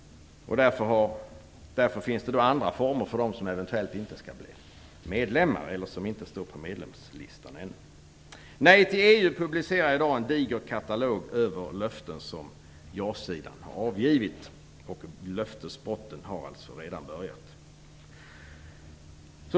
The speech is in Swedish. Därför finns det andra former för dem som eventuellt inte skall bli medlemmar eller som inte ännu står på medlemslistan. Nej till EU publicerar i dag en videokatalog över löften som ja-sidan har avgivit. Löftesbrotten har alltså redan börjat.